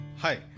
Hi